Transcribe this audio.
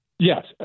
Yes